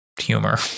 humor